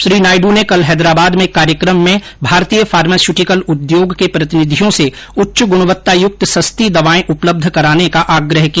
श्री नायड़ ने कल हैदराबाद में एक कार्यक्रम में भारतीय फार्मास्यूटिकल उद्योग के प्रतिनिधियों से उच्च गुणवत्तायुक्त सस्ती दवाएं उपलब्ध कराने का आग्रह किया